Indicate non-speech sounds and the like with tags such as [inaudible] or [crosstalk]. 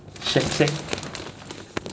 [laughs]